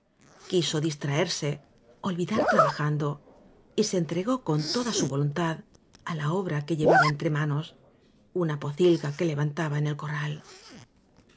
quiso distraerse olvidar trabajando y se entregó con toda su voluntad á la obra que llevaba entre manos una pocilga que levan taba en el corral